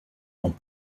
dans